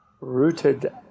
rooted